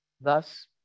Thus